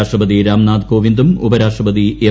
രാഷ്ട്രപതി രാംനാഥ് കോവിന്ദും ഉപരാഷ്ട്രപതി എം